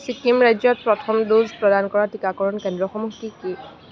ছিকিম ৰাজ্যত প্ৰথম ড'জ প্ৰদান কৰা টীকাকৰণ কেন্দ্ৰসমূহ কি কি